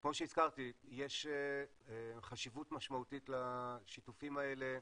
כמו שהזכרתי, יש חשיבות משמעותית לשיתופים האלה.